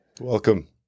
Welcome